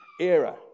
era